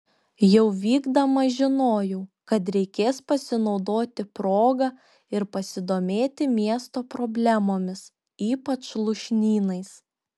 jau vykdama žinojau kad reikės pasinaudoti proga ir pasidomėti miesto problemomis ypač lūšnynais